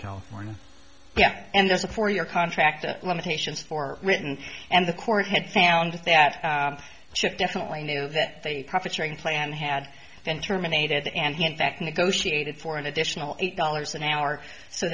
california yet and there's a four year contract of limitations for written and the court had found that they should definitely knew that they profit sharing plan had been terminated and he in fact negotiated for an additional eight dollars an hour